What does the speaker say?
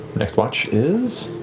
next watch is